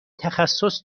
تخصص